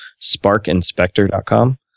SparkInspector.com